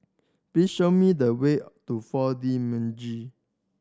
please show me the way to Four D